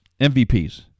MVPs